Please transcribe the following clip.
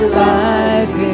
life